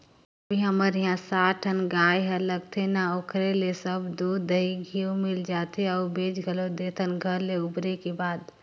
अभी हमर इहां सात ठन गाय हर लगथे ना ओखरे ले सब दूद, दही, घींव मिल जाथे अउ बेंच घलोक देथे घर ले उबरे के बाद